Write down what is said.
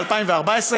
ב-2014,